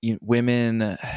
women